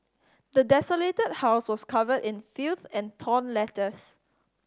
the desolated house was covered in filth and torn letters